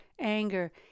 anger